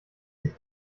sich